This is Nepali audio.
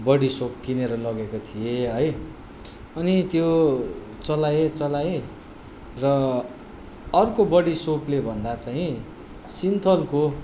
बडिसोप किनेर लगेको थिएँ है अनि त्यो चलाएँ चलाएँ र अर्को बडिसोपले भन्दा चाहिँ सिन्थलको